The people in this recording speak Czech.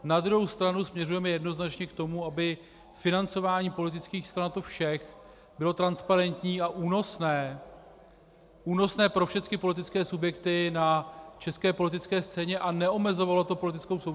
Na druhou stranu směřujeme jednoznačně k tomu, aby financování politických stran, a to všech, bylo transparentní a únosné pro všechny politické subjekty na české politické scéně a neomezovalo to politickou soutěž.